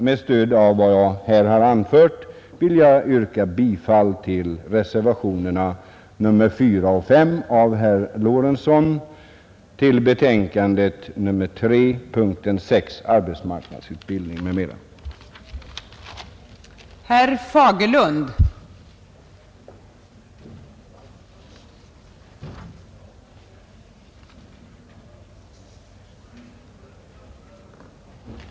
Med stöd av vad jag här har anfört vill jag yrka bifall till reservationerna 4 och 5 av herr Lorentzon vid punkten 6, Arbetsmarknadsutbildning m.m., i inrikesutskottets betänkande nr 3.